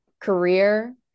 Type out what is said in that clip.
career